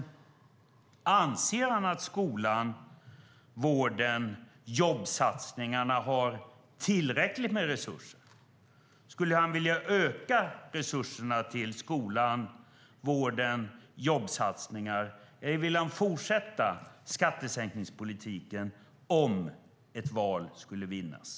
Anser finansministern att skolan, vården och jobbsatsningarna har tillräckligt med resurser? Skulle han vilja öka resurserna till skolan, vården och jobbsatsningarna, eller vill han fortsätta skattesänkningspolitiken om ett val skulle vinnas?